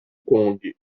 kong